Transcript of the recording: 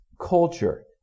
culture